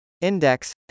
Index